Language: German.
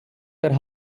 der